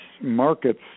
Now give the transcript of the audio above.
markets